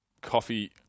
coffee